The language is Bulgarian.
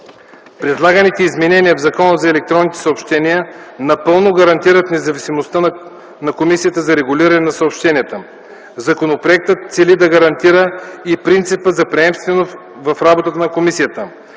Предлаганите изменения в Закона за електронните съобщения напълно гарантират независимостта на Комисията за регулиране на съобщенията. Законопроектът цели да гарантира и принципа за приемственост в работата на комисията.